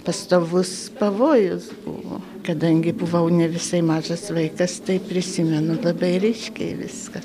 pastovus pavojus buvo kadangi buvau ne visai mažas vaikas tai prisimenu labai ryškiai viską